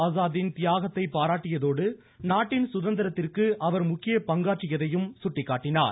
ஆஸாத்தின் தியாகத்தை பாராட்டியதோடு சந்திரசேகர் நாட்டின் சுதந்திரத்திற்கு அவர் முக்கிய பங்காற்றியதையும் சுட்டிக்காட்டினார்